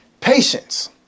Patience